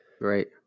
right